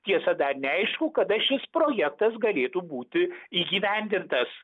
tiesa dar neaišku kada šis projektas galėtų būti įgyvendintas